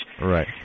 Right